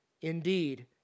indeed